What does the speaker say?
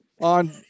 on